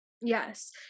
yes